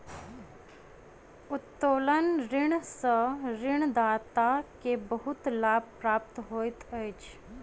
उत्तोलन ऋण सॅ ऋणदाता के बहुत लाभ प्राप्त होइत अछि